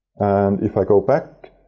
if i go back,